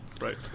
Right